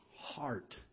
heart